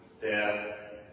death